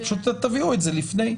פשוט תביאו את זה לפני.